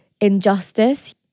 injustice